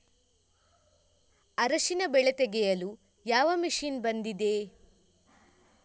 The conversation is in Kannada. ಅರಿಶಿನ ಬೆಳೆ ತೆಗೆಯಲು ಯಾವ ಮಷೀನ್ ಬಂದಿದೆ?